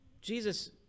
Jesus